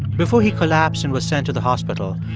before he collapsed and was sent to the hospital,